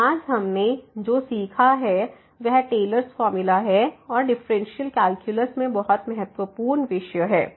तो आज हमने जो सीखा है वह टेलर्स फार्मूला Taylor's formula है और डिफरेंशियल कैलकुलस में बहुत महत्वपूर्ण विषय है